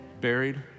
buried